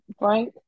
Right